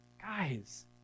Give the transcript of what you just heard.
Guys